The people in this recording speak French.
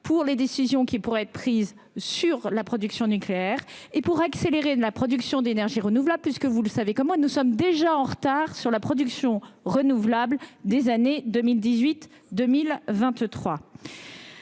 des décisions qui pourraient être prises sur la production nucléaire, et pour accélérer la production d'énergies renouvelables- vous le savez comme moi, nous sommes déjà en retard sur les objectifs de production renouvelable pour les années 2018-2023.